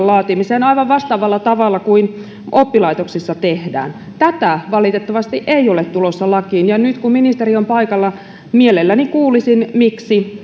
laatimiseen aivan vastaavalla tavalla kuin oppilaitoksissa tehdään tätä ei valitettavasti ole tulossa lakiin ja nyt kun ministeri on paikalla mielelläni kuulisin miksi